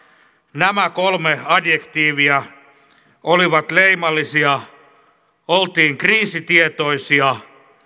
nämä kolme adjektiivia olivat leimallisia oltiin kriisitietoisia